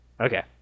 okay